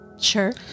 Sure